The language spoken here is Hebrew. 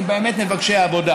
הם באמת מבקשי עבודה.